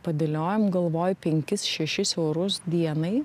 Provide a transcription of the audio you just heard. padėliojom galvoj penkis šešis eurus dienai